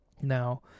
Now